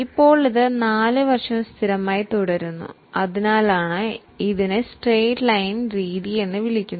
ഇത് എല്ലാ വർഷവും കോൺസ്റ്റന്റായിരിക്കും അതിനാലാണ് ഇതിനെ സ്ട്രൈറ്റ് ലൈൻ രീതി എന്ന് പറയുന്നത്